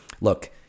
Look